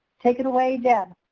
take it away deb.